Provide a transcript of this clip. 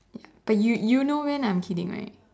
but you you know when I'm kidding right